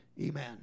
Amen